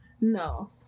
No